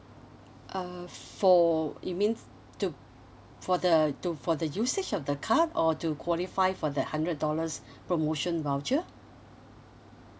uh for you mean to for the to for the usage of the card or to qualify for that hundred dollars promotion voucher